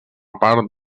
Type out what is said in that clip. part